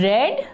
Red